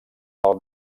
pel